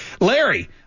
Larry